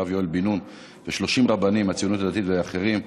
הרב יואל בן-נון ו-30 רבנים מהציונות הדתית ואחרים,